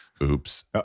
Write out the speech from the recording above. Oops